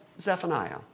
Zephaniah